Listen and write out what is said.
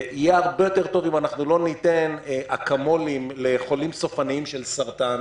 יהיה הרבה יותר טוב אם אנחנו לא ניתן אקמולים לחולים סופניים של סרטן.